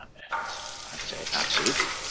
and i'm gonna say, absolutely.